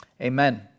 Amen